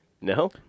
No